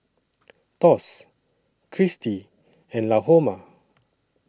Thos Cristi and Lahoma